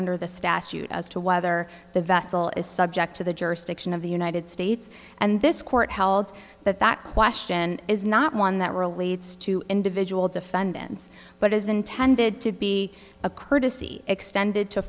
under the statute as to whether the vessel is subject to the jurisdiction of the united states and this court held that that question is not one that relates to individual defendants but is intended to be a courtesy extended to